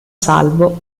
salvo